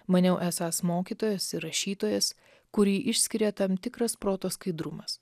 maniau esąs mokytojas ir rašytojas kurį išskiria tam tikras proto skaidrumas